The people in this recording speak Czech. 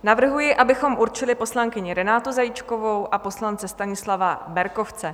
Navrhuji, abychom určili poslankyni Renátu Zajíčkovou a poslance Stanislava Berkovce.